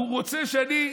והוא רוצה שאני,